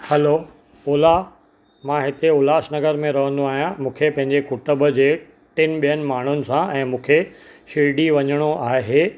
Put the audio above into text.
हलो Ola मां हिते उल्हासनगर में रहंदो आहियां मूंखे पंहिंजे कुटुंब जे टिनि ॿियनि माण्हुनि सां ऐं मूंखे शिरडी वञिणो आहे